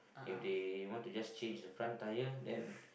if they want to just change the front tire then